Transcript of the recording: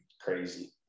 crazy